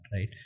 right